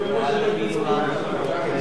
ועדת הכלכלה בדבר חלוקת הצעת חוק הטיס,